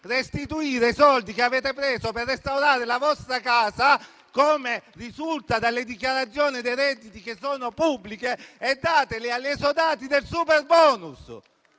restituire i soldi che avete preso per restaurare la vostra casa, come risulta dalle dichiarazioni dei redditi che sono pubbliche, e dateli agli esodati del superbonus.